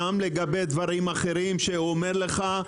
גם לגבי דברים אחרים שהוא אומר לך,